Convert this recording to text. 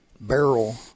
barrel